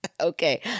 Okay